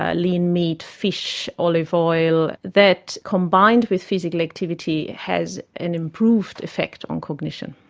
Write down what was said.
ah lean meat, fish, olive oil, that combined with physical activity has an improved effect on cognition.